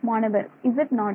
மாணவர் z0